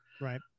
Right